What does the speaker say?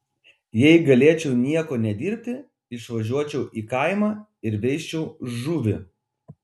jei galėčiau nieko nedirbti išvažiuočiau į kaimą ir veisčiau žuvį